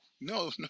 no